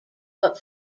but